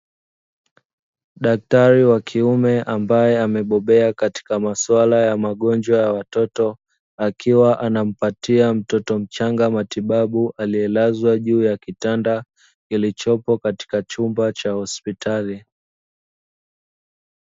Daktari wa kiume ambaye amebobea katika maswala ya magonjwa ya watoto, akiwa anampatia mtoto mchanga matibabu alielazwa juu ya kitanda kilichopo katika chumba cha hospitali.